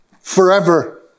forever